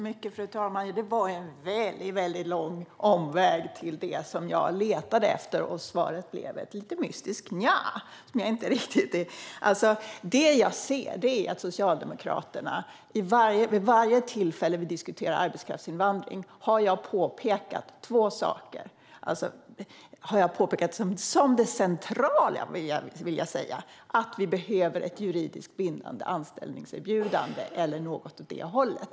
Fru talman! Det var en väldigt lång omväg till det som jag letade efter, och svaret blev ett lite mystiskt nja. Vid varje tillfälle som vi har diskuterat arbetskraftsinvandring har jag påpekat en sak som är central: att vi behöver ett juridiskt bindande anställningserbjudande eller något åt det hållet.